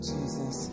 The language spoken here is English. Jesus